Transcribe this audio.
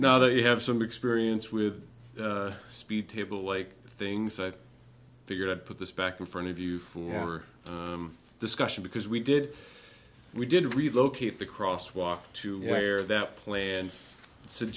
now that you have some experience with speed table like things i figured i'd put this back in front of you for our discussion because we did we did relocate the cross walk to where that plans s